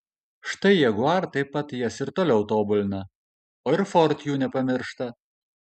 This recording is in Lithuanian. štai jaguar taip pat jas ir toliau tobulina o ir ford jų nepamiršta